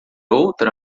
outra